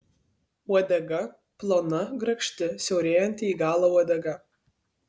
uodega plona grakšti siaurėjanti į galą uodega